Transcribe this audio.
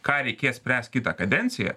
ką reikės spręst kitą kadenciją